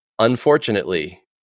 Unfortunately